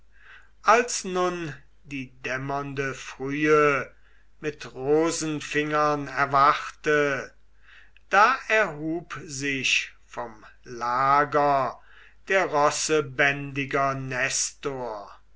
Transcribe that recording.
als nun die dämmernde frühe mit rosenfingern erwachte da erhub sich vom lager der rossebändiger nestor